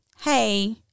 hey